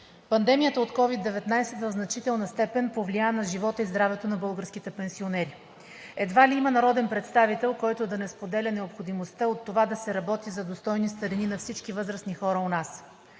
пандемията от COVID-19 в значителна степен повлия на живота и здравето на българските пенсионери. Едва ли има народен представител, който да не споделя необходимостта от това да се работи за достойни старини на всички възрастни хора у нас.